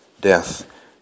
Death